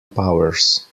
powers